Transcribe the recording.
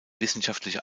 wissenschaftliche